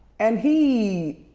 and he